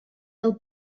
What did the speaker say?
del